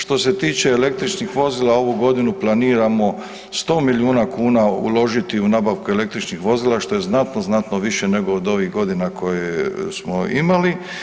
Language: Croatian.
Što se tiče električnih vozila ovu godinu planiramo 100 milijuna kuna uložiti u nabavku električnih vozila što je znatno, znatno više nego od ovih godina koje smo imali.